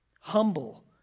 humble